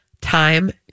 time